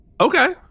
Okay